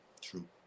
True